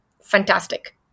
fantastic